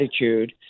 attitude